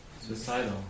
Suicidal